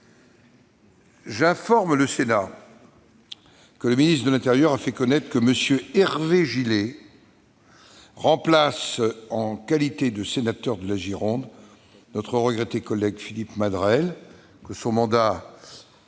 J'informe le Sénat que M. le ministre de l'intérieur a fait connaître que M. Hervé Gillé remplace, en qualité de sénateur de la Gironde, notre regretté collègue Philippe Madrelle. Son mandat